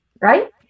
right